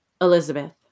Elizabeth